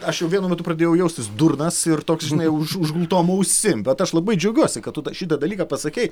aš jau vienu metu pradėjau jaustis durnas ir toks žinai už užgultom ausim bet aš labai džiaugiuosi kad tu šitą dalyką pasakei